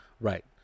Right